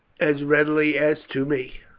as readily as to me.